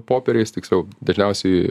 popieriais tiksliau dažniausiai